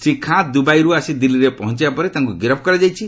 ଶ୍ରୀ ଖାଁ ଦୁବାଇରୁ ଆସି ଦିଲ୍ଲୀରେ ପହଞ୍ଚିବା ପରେ ତାଙ୍କୁ ଗିରଫ୍ କରାଯାଇଛି